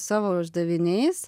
savo uždaviniais